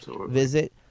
visit